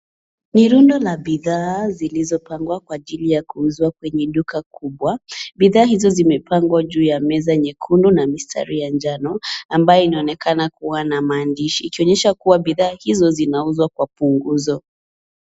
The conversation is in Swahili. Ni rundo la bidhaa zilizopangwa kwa ajili ya kuuzwa kwenye duka kubwa. Bidhaa hizo zimepangwa juu ya meza nyekundu na mistari ya njano ambayo inaonekana kuwa na maandishi. Ikionyesha kuwa bidhaa hizo zinauzwa kwa punguzo.